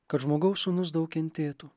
kad žmogaus sūnus daug kentėtų